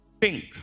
Pink